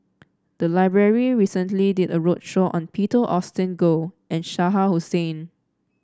the library recently did a roadshow on Peter Augustine Goh and Shah Hussain